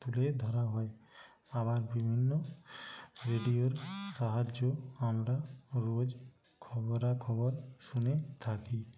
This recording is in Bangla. তুলে ধরা হয় আবার বিভিন্ন রেডিওর সাহায্যও আমরা রোজ খবরা খবর শুনে থাকি